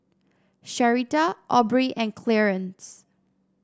Sherita Aubrey and Clearence